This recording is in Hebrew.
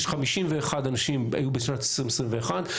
51 אנשים היו בשנת 2021,